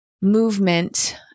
movement